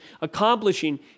accomplishing